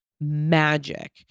magic